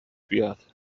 بیاد